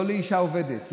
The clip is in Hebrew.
לא אישה עובדת,